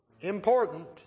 important